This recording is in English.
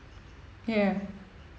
yeah